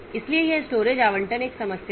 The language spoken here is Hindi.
इसलिए यह स्टोरेज आवंटन एक समस्या है